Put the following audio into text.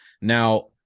Now